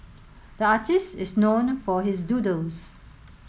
the artist is known for his doodles